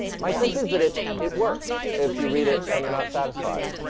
my sense is that it it works, if you read it, and you're not satisfied.